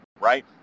right